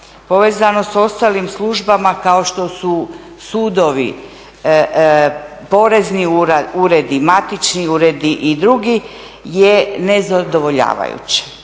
povezanost s ostalim službama kao što su sudovi, porezni, matični uredi i drugi je nezadovoljavajuće,